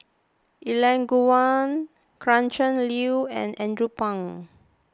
Elangovan Gretchen Liu and Andrew Phang